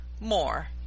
more